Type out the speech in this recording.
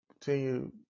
continue